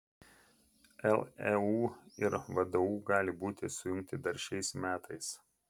leu ir vdu gali būti sujungti dar šiais metais